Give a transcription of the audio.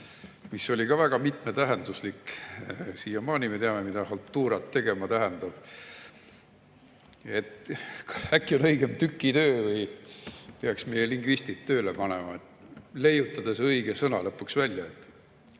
mis oli ka väga mitmetähenduslik. Siiamaani me teame, mida "haltuurat tegema" tähendab. Äkki oleks õigem "tükitöö" või peaks meie lingvistid tööle panema, et lõpuks leiutada see õige sõna. Minus tekitab